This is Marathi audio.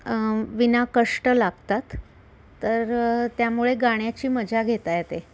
विना कष्ट लागतात तर त्यामुळे गाण्याची मजा घेता येते